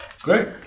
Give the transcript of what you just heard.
Great